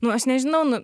nu aš nežinau nu